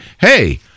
hey